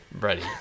ready